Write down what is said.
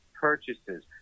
purchases